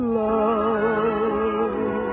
love